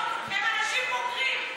הם אנשים בוגרים.